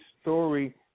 story